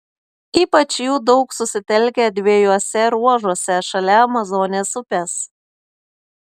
ypač jų daug susitelkę dviejuose ruožuose šalia amazonės upės